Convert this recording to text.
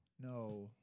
No